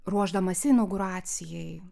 ruošdamasi inauguracijai